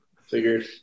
figured